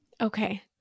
Okay